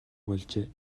болжээ